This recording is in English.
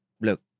Look